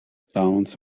towns